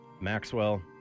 Maxwell